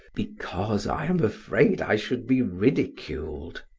because i am afraid i should be ridiculed.